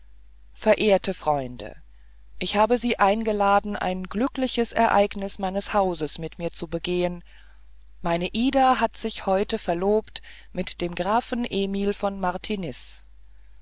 verehrte freunde ich habe sie eingeladen ein glückliches ereignis meines hauses mit mir zu begehen meine ida hat sich heute verlobt mit dem grafen emil von martiniz